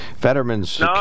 Fetterman's